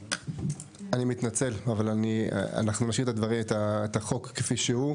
אני מתנצל, אבל אנחנו נשאיר את החוק כפי שהוא.